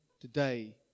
Today